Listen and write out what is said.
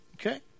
Okay